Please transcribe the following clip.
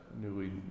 newly